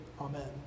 Amen